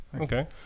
Okay